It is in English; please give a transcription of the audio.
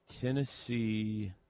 Tennessee